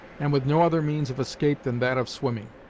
and with no other means of escape than that of swimming.